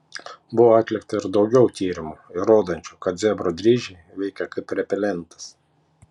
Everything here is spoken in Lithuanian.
buvo atlikta ir daugiau tyrimų įrodančių kad zebro dryžiai veikia kaip repelentas